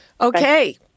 Okay